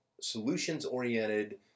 solutions-oriented